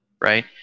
Right